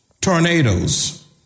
tornadoes